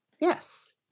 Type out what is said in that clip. yes